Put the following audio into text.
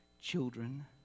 children